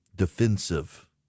Defensive